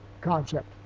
concept